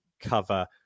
cover